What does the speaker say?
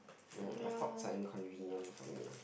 mm airports are inconvenient for me ah